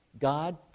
God